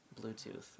Bluetooth